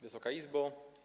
Wysoka Izbo!